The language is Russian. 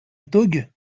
итоге